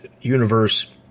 universe